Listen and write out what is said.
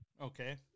Okay